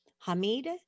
Hamid